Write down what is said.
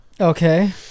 Okay